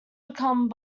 became